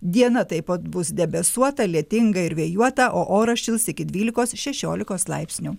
dieną taip pat bus debesuota lietinga ir vėjuota o oras šils iki dvylikos šešiolikos laipsnių